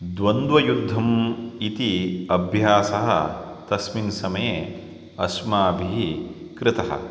द्वन्द्वयुद्धम् इति अभ्यासः तस्मिन् समये अस्माभिः कृतः